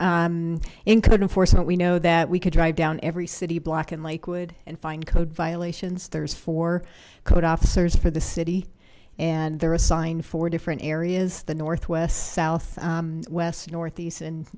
enforcement we know that we could drive down every city block in lakewood and find code violations there's four code officers for the city and they're assigned four different areas the north west south west northeast and